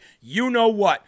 you-know-what